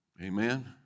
Amen